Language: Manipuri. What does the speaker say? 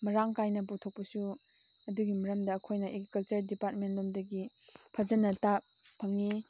ꯃꯔꯥꯡ ꯀꯥꯏꯅ ꯄꯨꯊꯣꯛꯄꯁꯨ ꯑꯗꯨꯒꯤ ꯃꯔꯝꯗ ꯑꯩꯈꯣꯏꯅ ꯑꯦꯒ꯭ꯔꯤꯀꯜꯆꯔ ꯗꯤꯄꯥꯔꯠꯃꯦꯟꯂꯣꯝꯗꯒꯤ ꯐꯖꯅ ꯇꯥꯕ ꯐꯪꯉꯤ